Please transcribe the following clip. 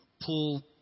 Pull